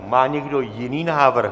Má někdo jiný návrh?